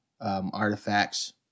artifacts